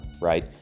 right